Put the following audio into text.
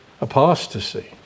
apostasy